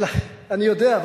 אני יודע.